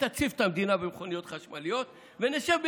תציף את המדינה במכוניות חשמליות ונשב ביחד,